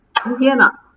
can hear not